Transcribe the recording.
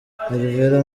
alvera